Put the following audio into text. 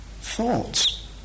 thoughts